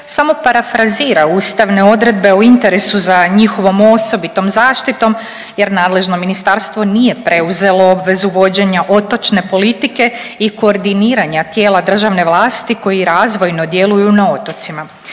samo parafrazira ustavne odredbe o interesu za njihovom osobitom zaštitom jer nadležno ministarstvo nije preuzelo obvezu vođenja otočne politike i koordiniranja tijela državne vlasti koji razvojno djeluju na otocima.